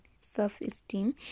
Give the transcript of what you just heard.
self-esteem